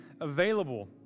available